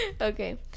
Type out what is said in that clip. Okay